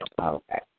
Okay